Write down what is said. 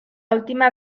última